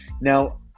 Now